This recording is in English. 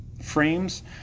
frames